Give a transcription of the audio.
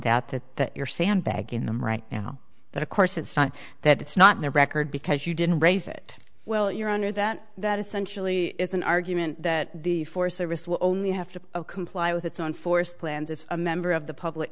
that that that you're sandbagging them right now but of course it's not that it's not their record because you didn't raise it well your honor that that essentially is an argument that the forest service will only have to comply with its own forced plans if a member of the public